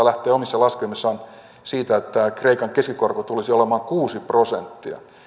lähtee omissa laskelmissaan siitä että kreikan keskikorko tulisi olemaan kuusi prosenttia